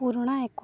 ପୁରୁଣା ଏକ